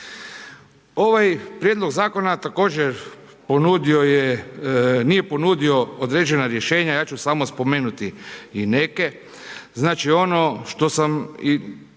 Ovaj prijedlog zakona također ponudio je, nije ponudio određena rješenja, ja ću samo spomenuti i neke.